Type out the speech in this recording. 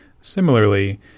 similarly